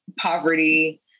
poverty